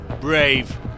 brave